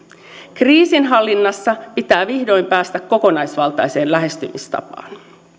kriisinhallinnassa pitää vihdoin päästä kokonaisvaltaiseen lähestymistapaan